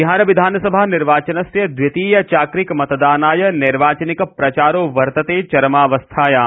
बिहार विधानसभानिर्वाचनस्य द्वितीय चाक्रिक मतदानाय नैर्वाचनिक प्रचारो वर्तते चरमावस्थायाम्